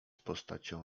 postacią